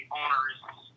owners